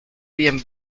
bien